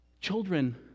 Children